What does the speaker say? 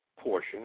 portion